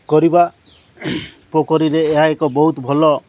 କରିବା ପୋଖରୀରେ ଏହା ଏକ ବହୁତ ଭଲ